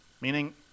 Meaning